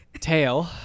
Tail